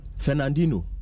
Fernandino